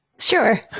Sure